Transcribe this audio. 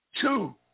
Two